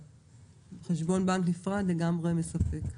חשבון בנק נפרד לגמרי מספק.